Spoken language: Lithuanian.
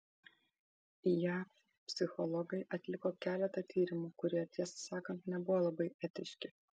jav psichologai atliko keletą tyrimų kurie tiesą sakant nebuvo labai etiški